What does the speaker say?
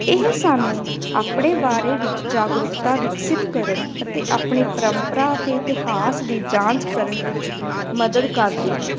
ਇਹ ਸਾਨੂੰ ਆਪਣੇ ਬਾਰੇ ਵਿੱਚ ਜਾਗਰੂਕਤਾ ਵਿਕਸਿਤ ਕਰਨ ਅਤੇ ਆਪਣੇ ਪਰੰਪਰਾ ਅਤੇ ਇਤਿਹਾਸ ਦੀ ਜਾਂਚ ਕਰਨ ਵਿੱਚ ਮਦਦ ਕਰਦੀ ਹੈ